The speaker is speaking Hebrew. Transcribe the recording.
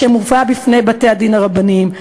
שמובא בפני בתי-הדין הרבניים.